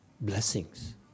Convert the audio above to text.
blessings